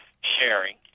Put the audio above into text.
sharing